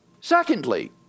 Secondly